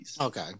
Okay